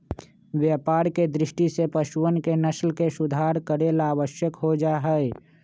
व्यापार के दृष्टि से पशुअन के नस्ल के सुधार करे ला आवश्यक हो जाहई